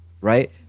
right